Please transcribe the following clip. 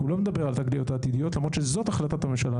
כי הוא לא מדבר על התגליות העתידיות למרות שזאת החלטת הממשלה,